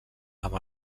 amb